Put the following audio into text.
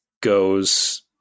goes